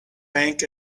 bank